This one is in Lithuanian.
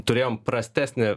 turėjom prastesnį